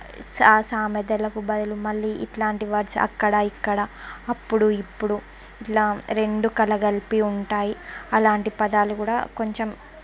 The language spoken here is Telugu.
ఆ సామెతలకు బయలు మళ్ళీ ఇట్లాంటి వర్డ్స్ అక్కడ ఇక్కడ అప్పుడు ఇప్పుడు ఇలా రెండూ కలగలిపి ఉంటాయి అలాంటి పదాలు కూడా కొంచెం